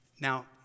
Now